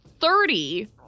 thirty